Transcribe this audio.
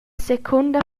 secunda